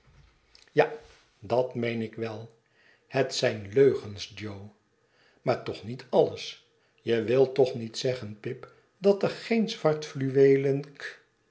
ja dat meen ik wel het zijn leugens jo maar toch niet alles je wilt toch niet zeggen pip dat er geen zwart fluweelen